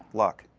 luck.